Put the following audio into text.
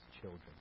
children